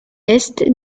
est